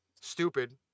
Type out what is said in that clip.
stupid